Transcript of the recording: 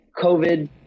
COVID